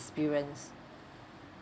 experience